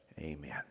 Amen